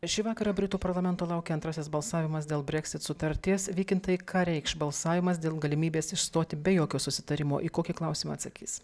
šį vakarą britų parlamento laukia antrasis balsavimas dėl breksit sutarties vykintai ką reikš balsavimas dėl galimybės išstoti be jokio susitarimo į kokį klausimą atsakys